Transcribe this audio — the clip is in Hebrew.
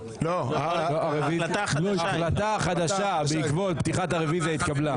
שההחלטה החדשה בעקבות פתיחת הרוויזיה התקבלה.